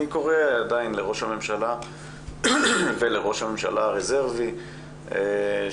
אני קורא עדיין לראש הממשלה ולראש הממשלה הרזרבי שיתעשתו